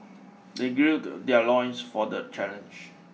they gird their loins for the challenge